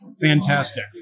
Fantastic